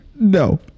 No